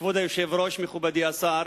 כבוד היושב-ראש, מכובדי השר,